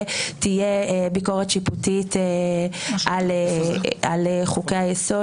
תהיה ביקורת שיפוטית על חוקי היסוד.